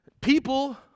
people